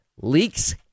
Leaks